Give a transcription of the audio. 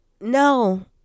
no